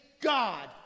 God